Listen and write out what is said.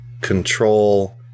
control